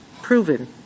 proven